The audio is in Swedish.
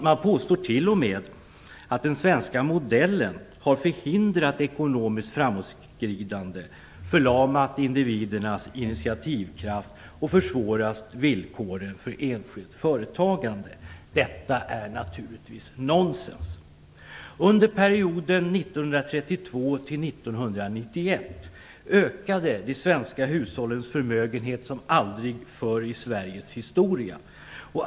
Man påstår t.o.m. att den svenska modellen har förhindrat ekonomiskt framåtskridande, förlamat individernas initiativkraft och försvårat villkoren för enskilt företagande. Detta är naturligtvis nonsens. Under perioden 1932-1991 ökade de svenska hushållens förmögenhet som aldrig förr i Sveriges historia.